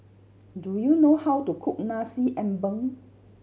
do you know how to cook Nasi Ambeng